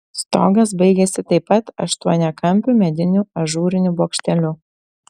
stogas baigėsi taip pat aštuoniakampiu mediniu ažūriniu bokšteliu